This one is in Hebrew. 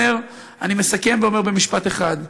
אני מסכם ואומר במשפט אחד: